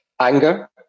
anger